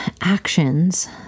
actions